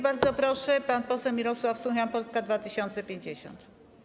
Bardzo proszę, pan poseł Mirosław Suchoń, Polska 2050.